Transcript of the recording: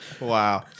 Wow